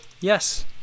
yes